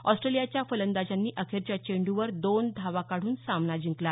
ऑस्ट्रेलियाच्या फलंदाजांनी अखेरच्या चेंडूवर दोन धावा काढून सामना जिंकला